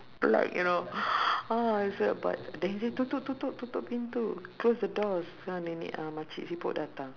black you know uh say but they say tutup tutup tutup pintu close the doors uh nenek uh makcik siput datang